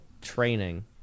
training